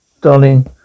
darling